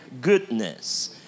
goodness